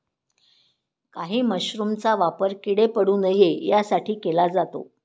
काही मशरूमचा वापर किडे पडू नये यासाठी केला जातो